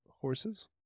horses